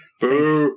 Thanks